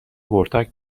ورتاک